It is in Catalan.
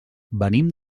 venim